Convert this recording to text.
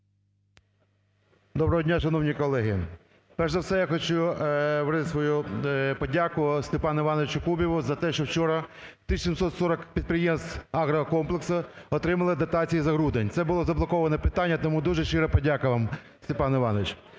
Доброго дня, шановні колеги. Перш за все я хочу висловити свою подяку Степану Івановичу Кубіву за те, що вчора 1740 підприємств агрокомплексу отримали дотації за грудень. Це було заблоковане питання, тому дуже щира подяка вам, Степан Іванович.